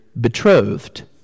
betrothed